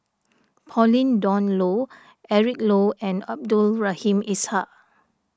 Pauline Dawn Loh Eric Low and Abdul Rahim Ishak